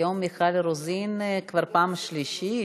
היום מיכל רוזין כבר פעם שלישית.